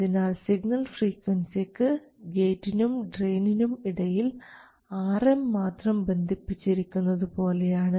അതിനാൽ സിഗ്നൽ ഫ്രീക്വൻസിക്ക് ഗേറ്റിനും ഡ്രയിനിനും ഇടയിൽ Rm മാത്രം ബന്ധിപ്പിച്ചിരിക്കുന്നത് പോലെയാണ്